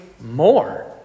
more